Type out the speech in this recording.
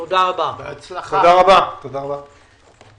הצבעה בעד סעיפים 6, 7